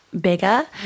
bigger